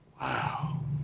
Wow